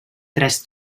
tres